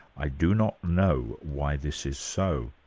i do not know why this is so.